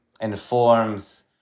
informs